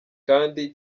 kandi